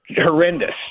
horrendous